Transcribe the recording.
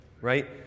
right